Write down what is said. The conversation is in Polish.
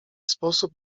sposób